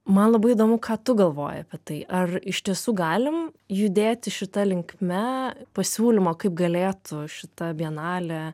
man labai įdomu ką tu galvoji apie tai ar iš tiesų galim judėti šita linkme pasiūlymo kaip galėtų šita bienalė